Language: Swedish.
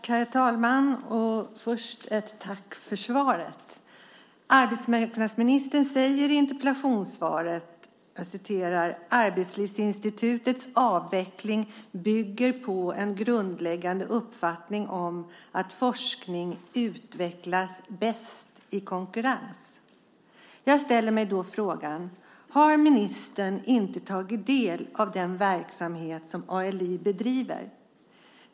Herr talman! Jag vill först tacka för svaret. Arbetsmarknadsministern säger i interpellationssvaret: "Arbetslivsinstitutets avveckling bygger på en grundläggande uppfattning om att forskning utvecklas bäst i konkurrens." Jag ställer mig frågan: Har ministern inte tagit del av den verksamhet som ALI bedriver?